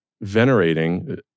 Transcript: venerating